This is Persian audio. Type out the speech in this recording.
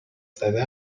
زده